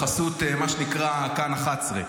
בחסות מה שנקרא "כאן 11",